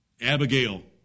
Abigail